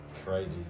Crazy